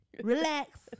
Relax